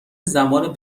زمان